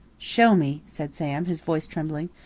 show me, said sam, his voice trembling.